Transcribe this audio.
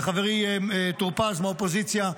וחברי טור פז מהאופוזיציה,